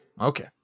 Okay